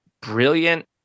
brilliant